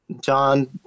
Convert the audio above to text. John